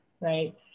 right